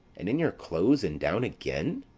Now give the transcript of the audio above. and in your clothes, and down again?